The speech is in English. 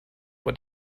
what